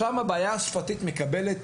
שם הבעיה השפתית מקבלת